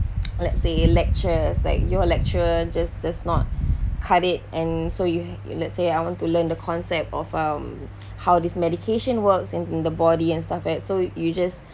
let's say lectures like your lecturer just does not cut it and so you've let's say I want to learn the concept of um how this medication works into the body and stuff at so you you just